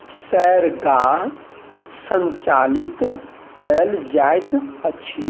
सैरगाह सञ्चालित कयल जाइत अछि